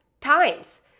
times